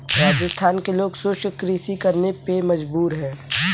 राजस्थान के लोग शुष्क कृषि करने पे मजबूर हैं